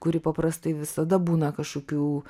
kuri paprastai visada būna kažkokių